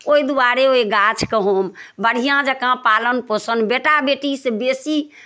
ओहि दुआरे ओहि गाछके हम बढ़िआँ जँका पालन पोषण बेटा बेटीसँ बेसी